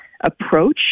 approach